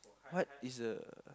what is a